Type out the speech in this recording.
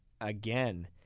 again